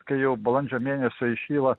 kai jau balandžio mėnesį šyla